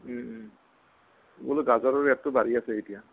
বোলো গাজৰৰ ৰেটটো বাঢ়ি আছে এতিয়া